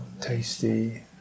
tasty